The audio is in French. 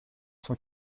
cent